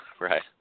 right